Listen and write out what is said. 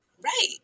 Right